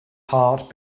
heart